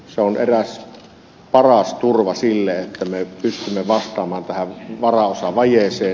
se on paras turva sille että me pystymme vastaamaan tähän varaosavajeeseen